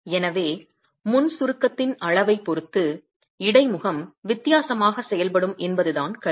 எனவே முன் சுருக்கத்தின் அளவைப் பொறுத்து இடைமுகம் வித்தியாசமாக செயல்படும் என்பதுதான் கருத்து